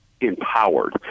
empowered